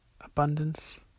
abundance